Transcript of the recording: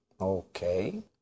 Okay